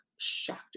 shocked